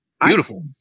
beautiful